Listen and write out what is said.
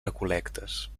recol·lectes